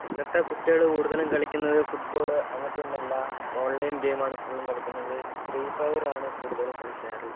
ഇന്നത്തെ കുട്ടികൾ കൂടുതലും കളിക്കുന്നത് ഫുട്ബോള് അങ്ങനത്തെ ഒന്നും അല്ല ഓൺലൈൻ ഗെയിം ആണ് ഫുള്ളും കളിക്കുന്നത് ഫ്രീഫയർ ആണ് കൂടുതലും കളിക്കാറ്